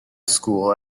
school